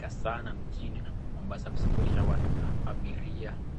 hasa na mjini Mombasa inabeba abiria.